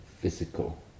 physical